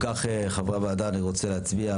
ההסתייגות לא התקבלה.